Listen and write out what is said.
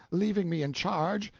leaving me in charge,